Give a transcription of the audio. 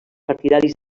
partidaris